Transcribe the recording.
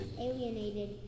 alienated